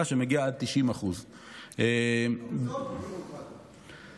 שמגיע עד 90%. אבל זה עוד פעם ביורוקרטיה.